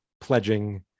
pledging